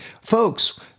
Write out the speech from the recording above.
folks